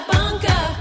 Bunker